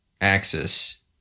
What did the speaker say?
axis